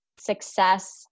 success